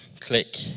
Click